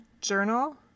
journal